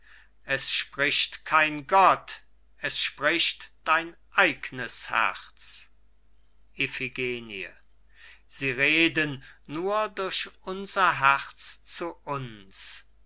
es spricht kein gott es spricht dein eignes herz iphigenie sie reden nur durch unser herz zu uns